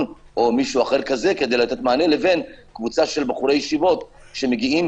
או מישהו אחר כדי לתת מענה לבין קבוצה של בחורי ישיבות שמגיעים,